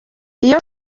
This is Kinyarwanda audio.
iyo